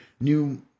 new